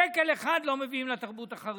שקל אחד לא מביאים לתרבות החרדית.